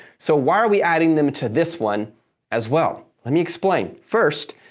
so, why are we adding them to this one as well? let me explain. first,